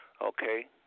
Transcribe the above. Okay